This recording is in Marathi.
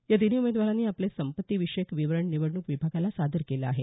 या तिन्ही उमेदवारांनी आपले संपत्तीविषयक विवरण निवडणूक विभागाला सादर केलं आहे